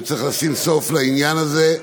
וצריך לשים סוף לעניין הזה.